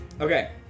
Okay